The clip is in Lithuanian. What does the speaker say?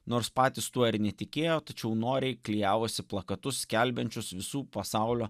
nors patys tuo ir netikėjo tačiau noriai klijavusi plakatus skelbiančius visų pasaulio